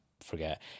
forget